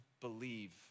believe